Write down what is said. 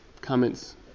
comments